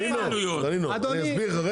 דנינו, אני אסביר לך.